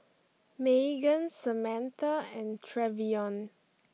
Meagan Samantha and Trevion